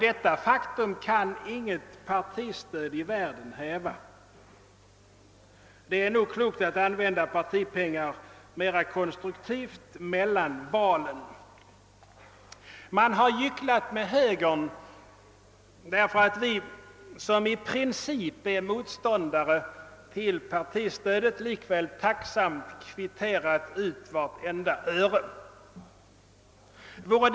Detta faktum kan inget partistöd i världen ändra. Det är nog klokt att använda partipengar mera konstruktivt mellan valen. Man har gycklat med högern därför att vi som i princip är motståndare till partistödet likväl tacksamt kvitterat ut vartenda öre. Vore.